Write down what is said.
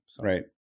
Right